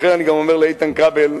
לכן, אני אומר גם לאיתן כבל: